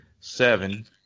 seven